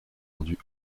vendues